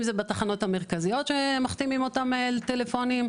אם זה בתחנות המרכזיות שמחתימים אותם על טלפונים,